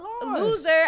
Loser